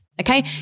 Okay